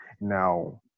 Now